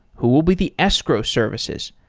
who will be the escrow services?